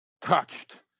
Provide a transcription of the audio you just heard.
touched